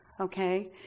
okay